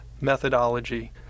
methodology